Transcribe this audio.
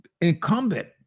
incumbent